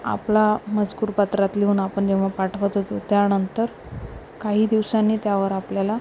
आपला मजकूर पत्रात लिहून आपण जेव्हा पाठवत होतो त्यानंतर काही दिवसांनी त्यावर आपल्याला